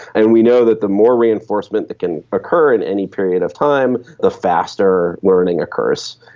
and we know that the more reinforcement that can occur in any period of time, the faster learning occurs.